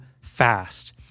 fast